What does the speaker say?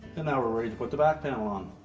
and now we're ready to put the back panel on.